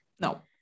no